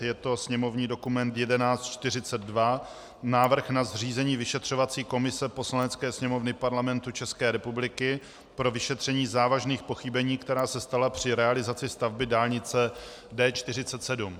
Je to sněmovní dokument 1142, Návrh na zřízení vyšetřovací komise Poslanecké sněmovny Parlamentu České republiky pro vyšetření závažných pochybení, která se stala při realizaci stavby dálnice D47.